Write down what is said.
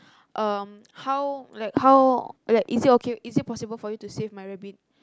um how like how like is it okay is it possible for you to save my rabbit